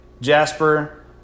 Jasper